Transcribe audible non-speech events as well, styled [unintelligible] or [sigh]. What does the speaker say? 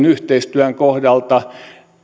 [unintelligible] yhteistyön kohdalla